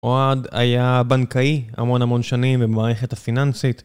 אוהד היה בנקאי המון המון שנים במערכת הפיננסית